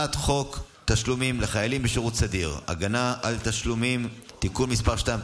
הצעת חוק תשלומים לחיילים בשירות סדיר (הגנה על תשלומים) (תיקון מס' 2),